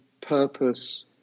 purpose